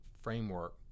framework